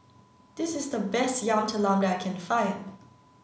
this is the best Yam Talam that I can find